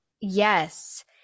Yes